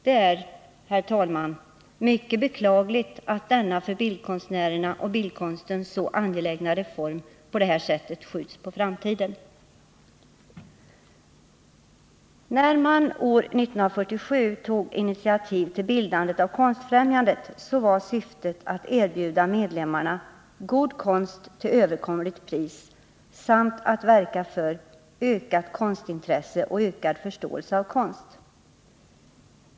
Det är, herr talman, mycket beklagligt att denna för bildkonstnärerna och bildkonsten så angelägna reform på det här sättet skjuts på framtiden. När man år 1947 tog initiativ till bildandet av Konstfrämjandet, var syftet att erbjuda medlemmarna ”god konst till överkomligt pris” samt att verka för ”ökat konstintresse och ökad förståelse av konst”.